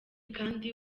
kandi